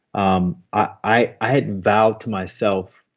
um i had vowed to myself.